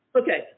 Okay